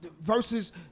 versus